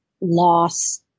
loss